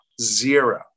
zero